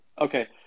Okay